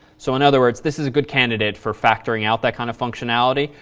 so in other words, this is a good candidate for factoring out that kind of functionality.